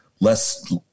less